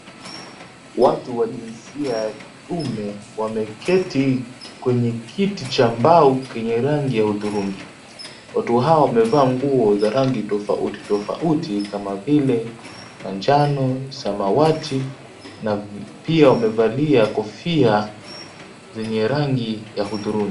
Watu wa jinsia ya kiume wameketi kwenye kiti cha mbao kenye rangi ya udhurungi. Watu hao wamevaa nguo za rangi tofauti tofauti kama vile manjano, samawati na pia wamevalia kofia zenye rangi ya hudhurungi.